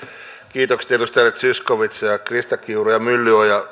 kiitokset edustajille zyskowicz krista kiuru ja